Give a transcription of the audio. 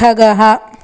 खगः